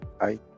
Hi